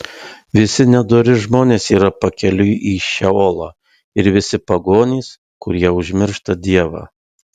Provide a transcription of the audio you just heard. visi nedori žmonės yra pakeliui į šeolą ir visi pagonys kurie užmiršta dievą